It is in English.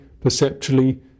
perceptually